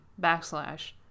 backslash